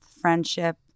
friendship